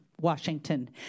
Washington